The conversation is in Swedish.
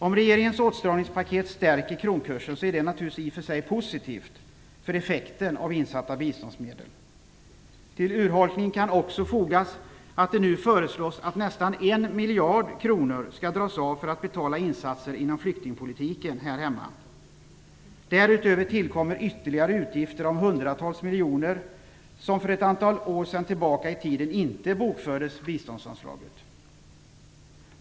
Om regeringens åtstramningspaket stärker kronkursen är det naturligtvis i och för sig positivt för effekten av insatta biståndsmedel. Till urholkningen kan också fogas att det nu föreslås att nästan 1 miljard kronor skall dras av för att betala insatser inom flyktingpolitiken här hemma. Därutöver tillkommer ytterligare utgifter om hundratals miljoner som ett antal år tillbaka i tiden inte bokfördes på biståndsanslaget.